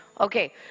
okay